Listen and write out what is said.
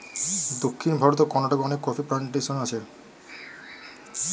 দক্ষিণ ভারতের কর্ণাটকে অনেক কফি প্ল্যান্টেশন আছে